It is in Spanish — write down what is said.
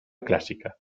clásica